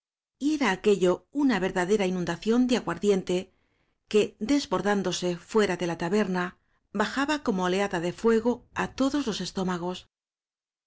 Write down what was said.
era aquello una verdadera inundación de aguar diente que desbordándose fuera de la taberna bajaba como oleada de fuego á todos los